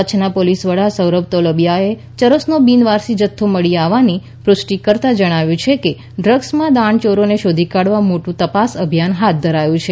કચ્છના પોલીસ વડા સૌરભ તોલંબીયાએ ચરસનો બિનવારસી જથ્થો મળી આવવાની પુષ્ટિ કરતાં જણાવ્યું છે કે ડ્રગ્સમાં દાણચોરને શોધી કાઢવા મોટું તપાસ અભિયાન હાથ ધરાયું છે